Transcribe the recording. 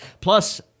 Plus